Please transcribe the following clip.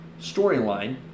storyline